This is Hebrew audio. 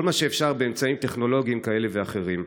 כל מה שאפשר באמצעים טכנולוגיים כאלה ואחרים.